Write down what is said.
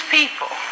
people